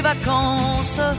vacances